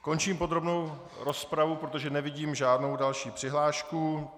Končím podrobnou rozpravu, protože nevidím žádnou další přihlášku.